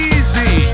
Easy